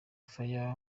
fire